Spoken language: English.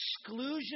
exclusion